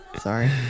Sorry